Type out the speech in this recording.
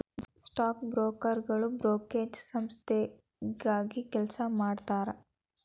stock ಬ್ರೋಕರ್ಗಳು brokerage ಸಂಸ್ಥೆಗಾಗಿ ಕೆಲಸ ಮಾಡತಾರಾ